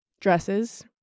dresses